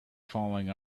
falling